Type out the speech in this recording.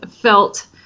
felt